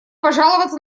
пожаловаться